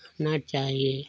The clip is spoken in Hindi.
खाना चाहिए